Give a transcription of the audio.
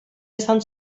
izan